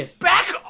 back